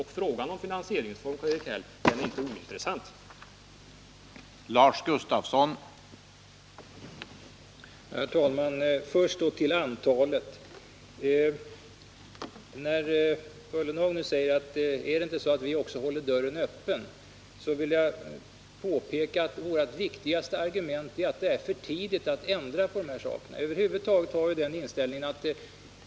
Och frågan om finansieringsform är inte ointressant, Karl-Erik Häll!